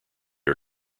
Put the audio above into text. are